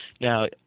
now